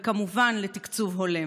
וכמובן לתקצוב הולם.